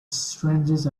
strangest